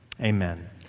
Amen